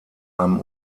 einem